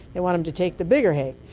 they want them to take the bigger hake.